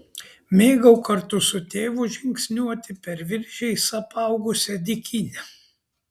mėgau kartu su tėvu žingsniuoti per viržiais apaugusią dykynę